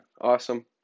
awesome